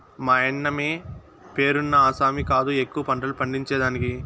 మాయన్నమే పేరున్న ఆసామి కాదు ఎక్కువ పంటలు పండించేదానికి